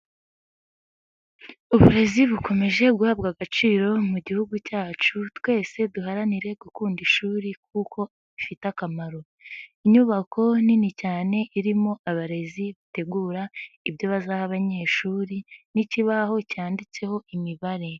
Uburezi bukomeje guhabwa agaciro mu gihugu cyacu, twese duharanire gukunda ishuri kuko bifite akamaro. Inyubako nini cyane, irimo abarezi bategura ibyo bazaha abanyeshuri n'ikibaho cyanditseho imibare.